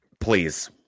please